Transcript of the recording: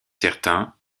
certain